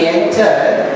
entered